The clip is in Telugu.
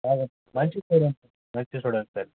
అదే మంచి స్టూడెంట్ మంచి స్టూడెంట్ సార్